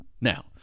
Now